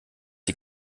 sie